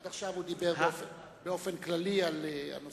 עד עכשיו הוא דיבר באופן כללי על הנושאים